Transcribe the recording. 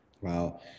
wow